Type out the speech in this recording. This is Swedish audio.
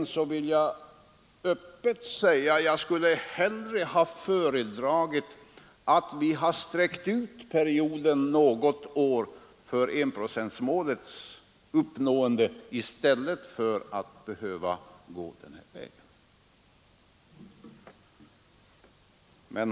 Öppet vill jag säga, att jag personligen skulle ha föredragit att vi hade sträckt ut perioden något år för enprocentsmålets uppnående i stället för att behöva gå den här vägen.